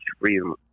freedom